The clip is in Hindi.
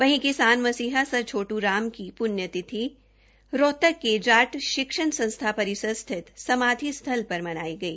वहीं किसान मसीहा सर छोट् राम की पुण्य तिथि रोहतकके जाट शिक्षण संस्था परिसर स्थित समाधि स्थल पर मनाई गई